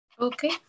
okay